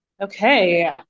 Okay